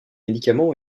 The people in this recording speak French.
médicaments